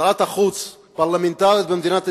שרת החוץ, פרלמנטרית במדינת ישראל,